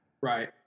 Right